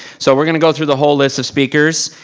so we're gonna go through the whole list of speakers.